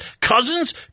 Cousins